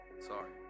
sorry